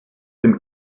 dem